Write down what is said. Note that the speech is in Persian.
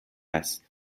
هست